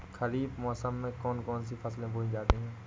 खरीफ मौसम में कौन कौन सी फसलें बोई जाती हैं?